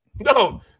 No